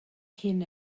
cyn